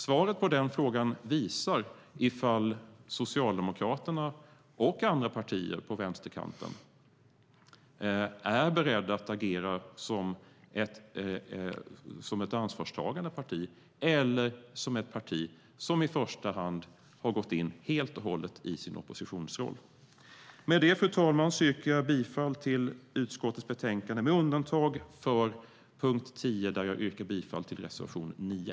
Svaret på frågan visar om Socialdemokraterna och andra partier på vänsterkanten är beredda att agera som ett ansvarstagande parti eller som ett parti som i första hand har gått in helt och hållet i sin oppositionsroll. Med detta, fru talman, yrkar jag avslag på utskottets förslag i betänkandet, med undantag för punkt 10 där jag yrkar bifall till reservation 9.